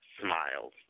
smiles